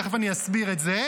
תיכף אני אסביר את זה,